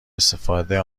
استفاده